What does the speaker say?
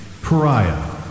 Pariah